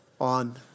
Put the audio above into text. on